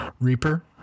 Reaper